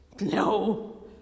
No